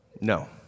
No